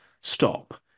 stop